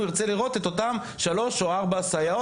הוא ירצה את אותן שלוש או ארבע סייעות.